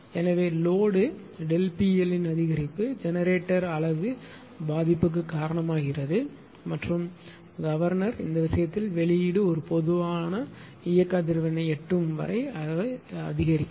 எனவே load ΔP L இன் அதிகரிப்பு ஜெனரேட்டர் அலகு பாதிப்புக்கு காரணமாகிறது மற்றும் கவர்னர் உங்கள் விஷயத்தில் வெளியீடு ஒரு புதிய பொதுவான இயக்க அதிர்வெண்ணை எட்டும் வரை f c அதிகரிக்கிறது